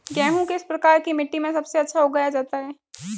गेहूँ किस प्रकार की मिट्टी में सबसे अच्छा उगाया जाता है?